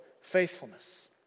faithfulness